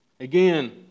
Again